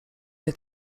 nie